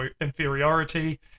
inferiority